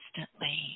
instantly